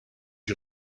you